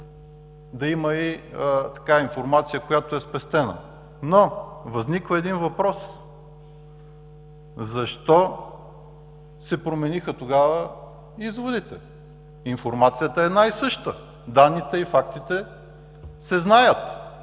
да има и информация, която е спестена. Но възниква един въпрос: защо се промениха тогава изводите? Информацията е една и съща, данните и фактите се знаят.